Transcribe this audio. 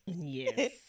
yes